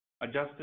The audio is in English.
Adjusted